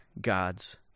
God's